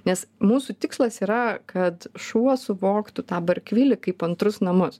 nes mūsų tikslas yra kad šuo suvoktų tą barkvili kaip antrus namus